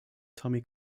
tommy